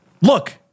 look